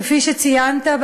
כפי שציינת,